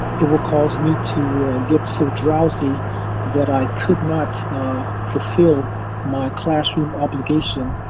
it will cause me to and get so drowsy that i could not fulfill my classroom obligation.